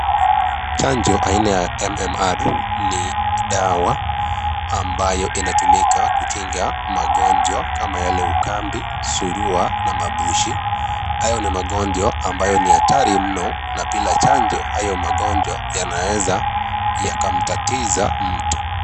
Chanjo aina ya MMR ni dawa ambayo inatumika kukinga magonjwa kama yale ukambi, surua na mabushi. Hayo ni magonjwa ambayo ni hatari mno na bila chanjo, hayo magonjwa yanaweza yakamtatiza mtu.